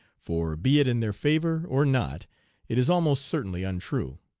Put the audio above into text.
for be it in their favor or not it is almost certainly untrue.